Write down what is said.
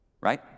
right